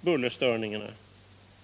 bullerstörningarna.